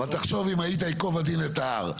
אבל תחשוב שאם היית ייקוב הדין את ההר,